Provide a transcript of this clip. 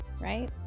right